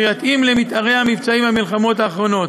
שיתאים למתארי המבצעים במלחמות האחרונות.